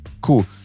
cool